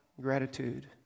gratitude